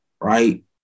Right